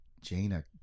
Jaina